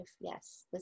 yes